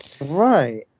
Right